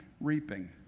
reaping